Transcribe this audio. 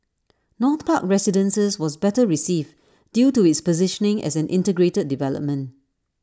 north park residences was better received due to its positioning as an integrated development